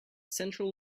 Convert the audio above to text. central